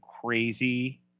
crazy